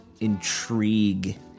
intrigue